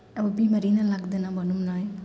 अब बिमारी नै लाग्दैन भनौँ न है